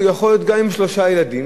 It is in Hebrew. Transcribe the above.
הוא יכול להיות גם עם שלושה ילדים.